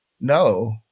no